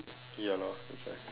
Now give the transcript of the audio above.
ya lor that's why